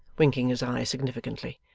winking his eye significantly.